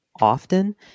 often